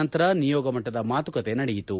ನಂತರ ನಿಯೋಗ ಮಟ್ಟದ ಮಾತುಕತೆ ನಡೆಯಿತು